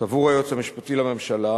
סבור היועץ המשפטי לממשלה,